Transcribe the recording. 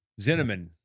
Zinneman